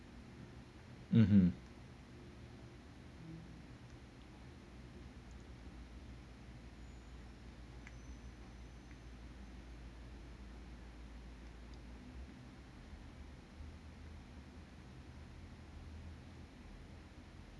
mm mm